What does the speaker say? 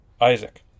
Isaac